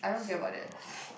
so